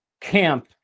camp